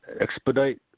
Expedite